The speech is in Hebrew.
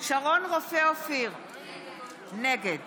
שרון רופא אופיר, נגד